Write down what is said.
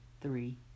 three